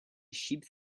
ship